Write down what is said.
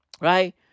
right